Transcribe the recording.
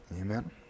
Amen